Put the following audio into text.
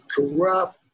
Corrupt